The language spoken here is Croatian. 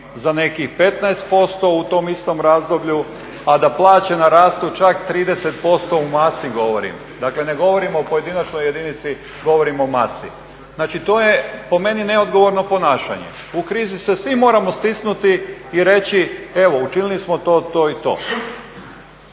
za nekih 15% u tom istom razdoblju, a da plaće narastu čak 30% u masi govorim, dakle ne govorim o pojedinačnoj jedinici govorim o masi. Znači to po meni neodogovno ponašanje. U krizi se svi moramo stisnuti i reći evo učinili smo to, to i to.